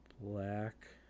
Black